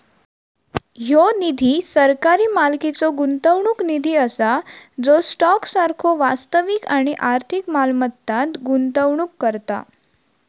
ह्यो निधी सरकारी मालकीचो गुंतवणूक निधी असा जो स्टॉक सारखो वास्तविक आणि आर्थिक मालमत्तांत गुंतवणूक करता